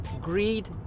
greed